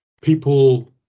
people